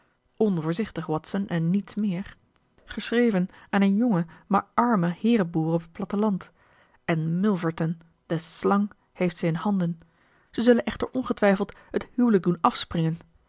brieven onvoorzichtig watson en niets meer geschreven aan een jongen maar armen heerenboer op het platteland en milverton de slang heeft ze in handen zij zullen echter ongetwijfeld het huwelijk doen afspringen